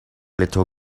little